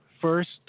first